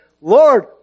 Lord